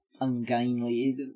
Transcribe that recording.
ungainly